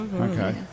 Okay